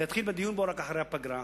אני אתחיל בדיון בה רק אחרי הפגרה,